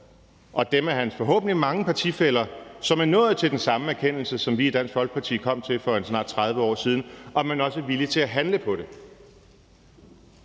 og dem af hans forhåbentlig mange partifæller, som er nået til den samme erkendelse, som vi i Dansk Folkeparti kom til for snart 30 år siden, også er villige til at handle på det.